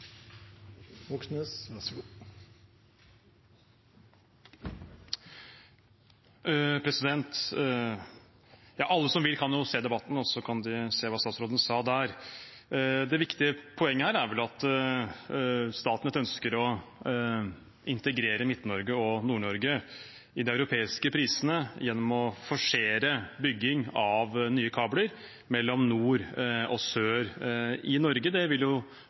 Alle som vil kan jo se Debatten og se hva statsråden sa der. Det viktige poenget er vel at Statnett ønsker å integrere Midt-Norge og Nord-Norge i de europeiske prisene gjennom å forsere bygging av nye kabler mellom nord og sør i Norge. Det vil